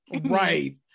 Right